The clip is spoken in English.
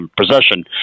Possession